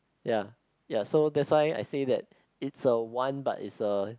ya ya that's why I said that it's the one but is a